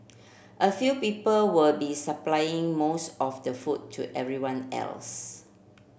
a few people will be supplying most of the food to everyone else